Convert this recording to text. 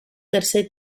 tercer